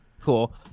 cool